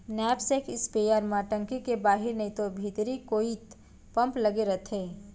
knapsack sprayer म टंकी के बाहिर नइतो भीतरी कोइत पम्प लगे रथे